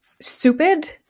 stupid